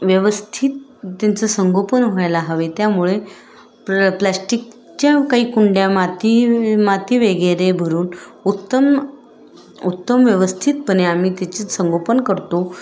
व्यवस्थित त्यांचं संगोपन व्हायला हवे त्यामुळे प प्लाश्टिकच्या काही कुंड्या माती माती वगैरे भरून उत्तम उत्तम व्यवस्थितपणे आम्ही त्याची संगोपन करतो